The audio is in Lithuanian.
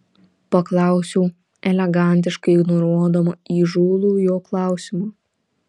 paklausiau elegantiškai ignoruodama įžūlų jo klausimą